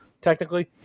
technically